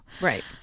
right